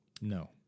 No